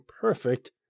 perfect